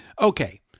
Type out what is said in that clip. Okay